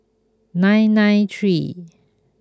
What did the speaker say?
nine nine three